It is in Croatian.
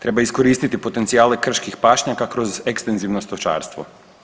Treba iskoristiti potencijale krških pašnjaka kroz ekstenzivno stočarstvo.